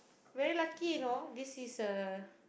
very lucky you know this is a